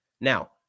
Now